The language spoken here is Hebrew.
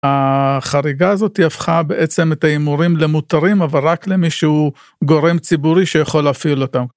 החריגה הזאת היא הפכה בעצם את ההימורים למותרים, אבל רק למי שהוא גורם ציבורי שיכול להפעיל אותם.